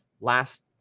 last